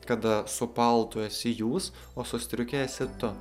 kada su paltu esi jūs o su striuke esi tu